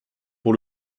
pour